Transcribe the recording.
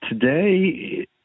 Today